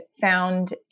found